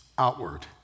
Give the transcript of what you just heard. outward